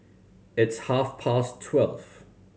its half past twelve